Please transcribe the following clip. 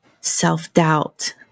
Self-doubt